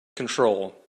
control